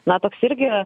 na toks irgi